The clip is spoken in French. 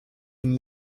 une